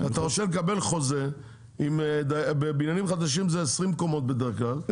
אתה חושב לקבל חוזה בבניינים חדשים שזה 20 קומות בדרך כלל,